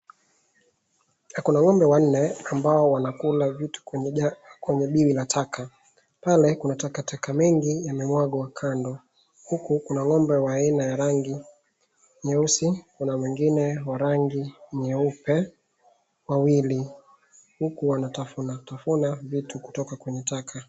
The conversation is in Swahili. Kuna ng'ombe wanne ambao wanakula vitu kwenye biwi la taka, pale kuna takataka mengi yamemwagwa kando huku kuna ng'ombe wanne ya rangi nyeusi, kuna mwengine wa rangi nyeupe wawili huku wanatafuna tafuna vitu kutoka kwenye taka.